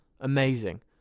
Amazing